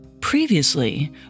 Previously